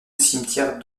cimetière